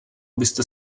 byste